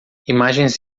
imagens